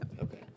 Okay